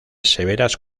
severas